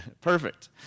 Perfect